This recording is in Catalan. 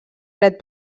dret